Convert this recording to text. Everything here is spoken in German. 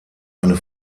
eine